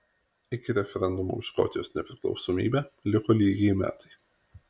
iki referendumo už škotijos nepriklausomybę liko lygiai metai